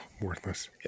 worthless